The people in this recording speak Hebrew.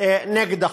נגד החוק.